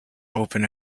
open